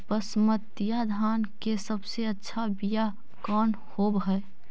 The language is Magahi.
बसमतिया धान के सबसे अच्छा बीया कौन हौब हैं?